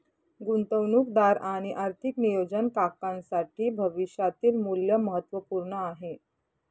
गुंतवणूकदार आणि आर्थिक नियोजन काकांसाठी भविष्यातील मूल्य महत्त्वपूर्ण आहे